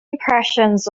impressions